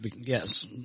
Yes